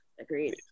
Agreed